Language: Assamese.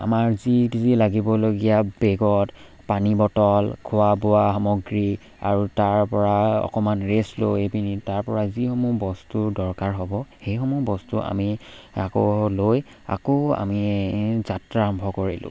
আমাৰ যি যি লাগিবলগীয়া বেগত পানী বটল খোৱা বোৱা সামগ্ৰী আৰু তাৰপৰা অকণমান ৰেষ্ট লৈ এই পিনি তাৰপৰা যিসমূহ বস্তুৰ দৰকাৰ হ'ব সেইসমূহ বস্তু আমি আকৌ লৈ আকৌ আমি যাত্ৰা আৰম্ভ কৰিলো